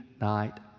night